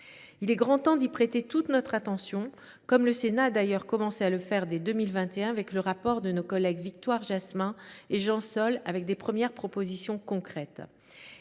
Il est grand temps d’y prêter toute notre attention, comme le Sénat a d’ailleurs commencé à le faire dès 2021, avec le rapport d’information de nos collègues Victoire Jasmin et Jean Sol, qui contenait de premières propositions concrètes.